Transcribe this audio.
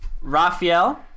Raphael